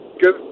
good